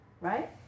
right